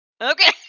Okay